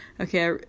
okay